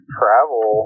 travel